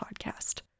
podcast